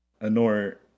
Anor